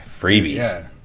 freebies